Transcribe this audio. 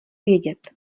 vědět